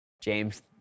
James